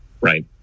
right